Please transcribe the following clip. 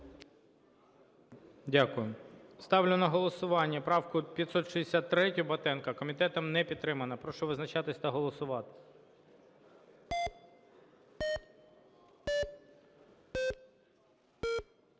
Дякую. Ставлю на голосування правку 563 Батенка. Комітетом не підтримана. Прошу визначатися та голосувати.